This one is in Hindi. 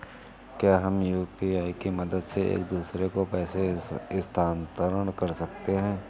क्या हम यू.पी.आई की मदद से एक दूसरे को पैसे स्थानांतरण कर सकते हैं?